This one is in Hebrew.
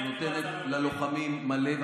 שנותנת ללוחמים מלא,